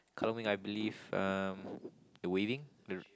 Kallang Wave I believe um the waving the